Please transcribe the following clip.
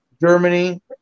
Germany